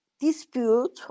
dispute